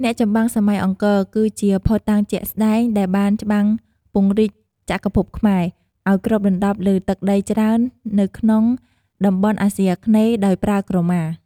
អ្នកចម្បាំងសម័យអង្គរ គឺជាភស្តុតាងជាក់ស្តែងដែលបានច្បាំងពង្រីកចក្រភពខ្មែរ ឲ្យគ្របដណ្តប់លើទឹកដីច្រើននៅក្នុងតំបន់អាស៊ីអាគ្នេយ៍ដោយប្រើក្រមា។